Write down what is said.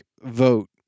vote